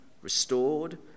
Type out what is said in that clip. restored